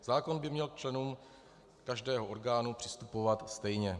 Zákon by měl k členům každého orgánu přistupovat stejně.